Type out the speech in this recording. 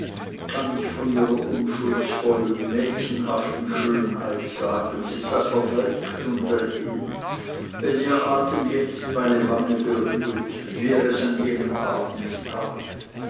kann ich von ihrer unschuldsvollen mädchenhaften schönheit sagen sie sei verwelkt und dahin wenn ihr atem jetzt meine wange berührt wie er es an jenem abend tat